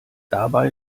dabei